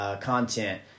content